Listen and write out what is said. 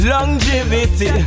Longevity